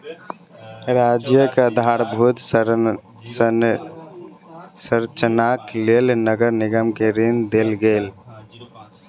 राज्यक आधारभूत संरचनाक लेल नगर निगम के ऋण देल गेल